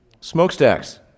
Smokestacks